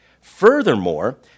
Furthermore